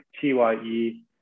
T-Y-E